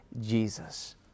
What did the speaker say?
Jesus